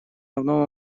основного